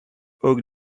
ook